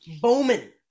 Bowman